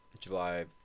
July